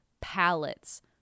palettes